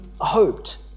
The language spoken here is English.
hoped